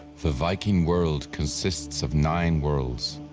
the viking world consists of nine worlds.